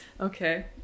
Okay